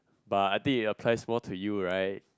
but I think it applies more to you